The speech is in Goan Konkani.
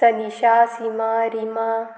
तनिशा सिमा रिमा